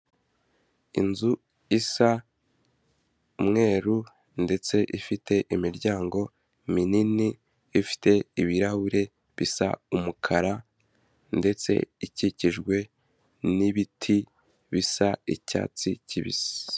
Inzu isa umweru ndetse ifite imiryango minini, ifite ibirahure bisa umukara ndetse ikikijwe n'ibiti bisa icyatsi kibisi.